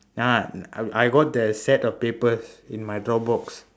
ah I I got the set of papers in my dropbox